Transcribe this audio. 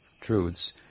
truths